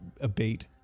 abate